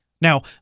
Now